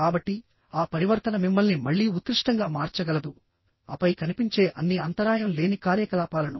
కాబట్టి ఆ పరివర్తన మిమ్మల్ని మళ్లీ ఉత్కృష్టంగా మార్చగలదు ఆపై కనిపించే అన్ని అంతరాయం లేని కార్యకలాపాలను